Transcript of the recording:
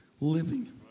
living